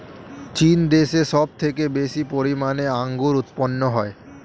চীন দেশে সব থেকে বেশি পরিমাণে আঙ্গুর উৎপন্ন হয়